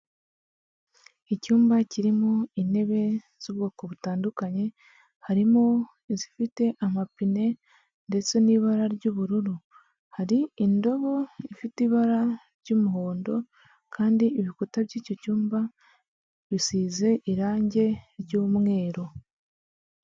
Icyumba kirimo intebe z'ubwoko butandukanye, harimo izifite amapine ndetse n'ibara ry'ubururu, hari indobo ifite ibara ry'umuhondo kandi ibikuta by'icyo cyumba bisize irangi ry'umweru.